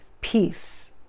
peace